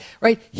right